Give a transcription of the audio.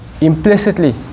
implicitly